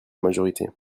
majorité